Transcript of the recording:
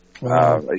Wow